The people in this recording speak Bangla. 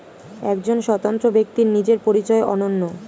একজন স্বতন্ত্র ব্যক্তির নিজের পরিচয় অনন্য